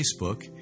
Facebook